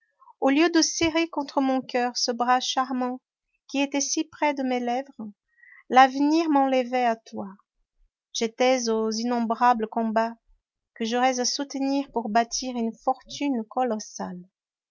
au lieu de serrer contre mon coeur ce bras charmant qui était si près de mes lèvres l'avenir m'enlevait à toi j'étais aux innombrables combats que j'aurais à soutenir pour bâtir une fortune colossale